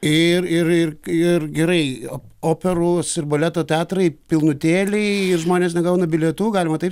ir ir ir ir gerai operos ir baleto teatrai pilnutėliai žmonės negauna bilietų galima taip